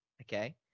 Okay